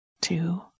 two